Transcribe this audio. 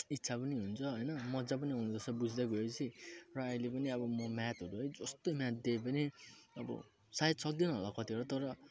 इच्छा पनि हुन्छ हैन मज्जा पनि हुँदोरहेछ बुझ्दै गएपछि प्रायले पनि अब म म्याथहरू है जस्तो म्याथ दिए पनि अब सायद सक्दिनँ होला कतिवटा तर